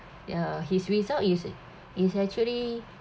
ya his result is is actually